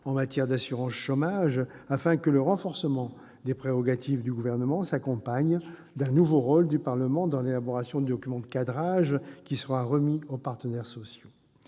en matière d'assurance chômage, afin que le renforcement des prérogatives du Gouvernement s'accompagne d'un nouveau rôle du Parlement dans l'élaboration du document de cadrage qui sera remis aux partenaires sociaux.